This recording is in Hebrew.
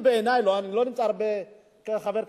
בעיני, אני לא נמצא כאן הרבה כחבר כנסת,